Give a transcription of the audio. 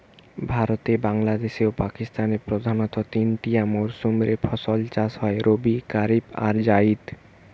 ভারতে, বাংলাদেশে ও পাকিস্তানে প্রধানতঃ তিনটিয়া মরসুম রে ফসল চাষ হয় রবি, কারিফ আর জাইদ